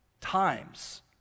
times